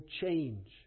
change